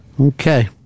Okay